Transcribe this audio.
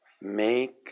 make